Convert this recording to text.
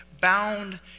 bound